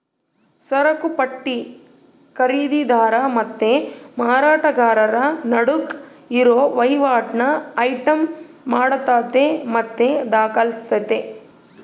ಸರಕುಪಟ್ಟಿ ಖರೀದಿದಾರ ಮತ್ತೆ ಮಾರಾಟಗಾರರ ನಡುಕ್ ಇರೋ ವಹಿವಾಟನ್ನ ಐಟಂ ಮಾಡತತೆ ಮತ್ತೆ ದಾಖಲಿಸ್ತತೆ